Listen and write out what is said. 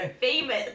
famous